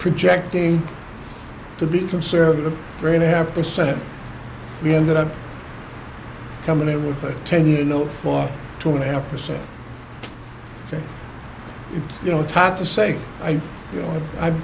projecting to be conservative three and a half percent he ended up coming in with a ten year note for two and a half percent you know htat to say i